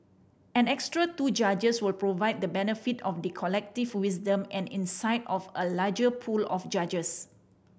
an extra two judges will provide the benefit of the collective wisdom and insight of a larger pool of judges